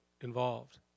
involved